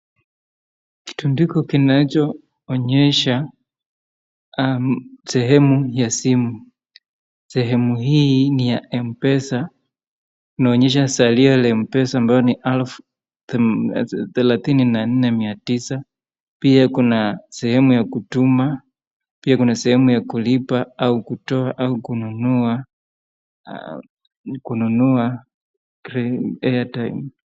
Kitundiko kinachoonyesha sehemu ya simu. Sehemu hii ni ya MPESA inaonyesha salio la Mpesa ambalo ni alfu thelathini na nne, mia tisa. Pia kuna sehemu ya kutuma, pia kuna sehemu ya kulipa au kutoa au kununua kununua airtime .